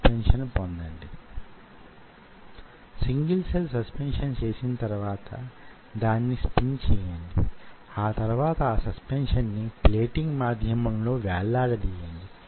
ఇంకా బాగా చిన్న సిస్టమ్స్ నానో సిస్టమ్స్ గురించి మాట్లాడుకోవలసి వస్తే మీరు NEMS nano electro mechanical systems ను లెక్క లోనికి తీసుకోవలసి వుంటుంది